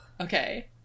Okay